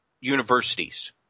universities